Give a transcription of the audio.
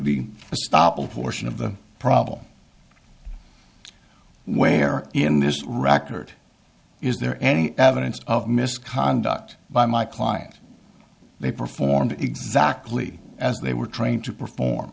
of the problem where in this record is there any evidence of misconduct by my client they performed exactly as they were trained to perform